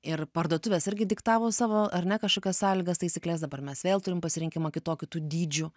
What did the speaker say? ir parduotuvės irgi diktavo savo ar ne kažkokias sąlygas taisykles dabar mes vėl turim pasirinkimą kitokių tų dydžių